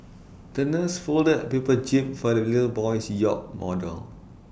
the nurse folded A paper jib for the little boy's yacht model